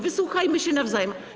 Wysłuchajmy się nawzajem.